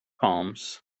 palms